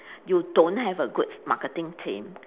you don't have a good marketing team